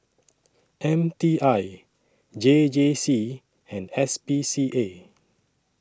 M T I J J C and S P C A